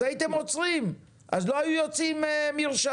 אז הייתם עוצרים, אז לא היו יוצאים מרשמים.